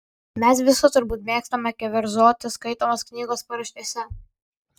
mes visi turbūt mėgstame keverzoti skaitomos knygos paraštėse